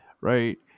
right